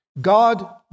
God